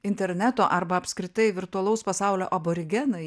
interneto arba apskritai virtualaus pasaulio aborigenai